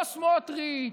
לא סמוטריץ'